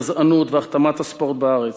גזענות והכתמת הספורט בארץ.